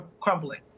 crumbling